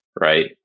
Right